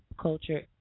Culture